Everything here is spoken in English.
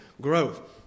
growth